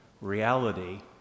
reality